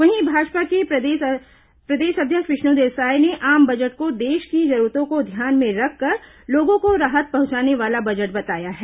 वहीं भाजपा के प्रदेश अध्यक्ष विष्णुदेव साय ने आम बजट को देश की जरूरतों को ध्यान में रखकर लोगों को राहत पहुंचाने वाला बजट बताया है